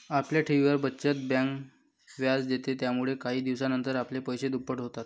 आपल्या ठेवींवर, बचत बँक व्याज देते, यामुळेच काही दिवसानंतर आपले पैसे दुप्पट होतात